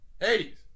Hades